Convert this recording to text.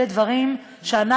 אלה דברים שאנחנו,